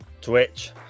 Twitch